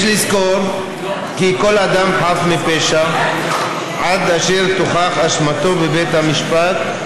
יש לזכור כי כל אדם חף מפשע עד אשר תוכח אשמתו בבית המשפט.